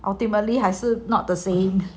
ultimately 还是 not the same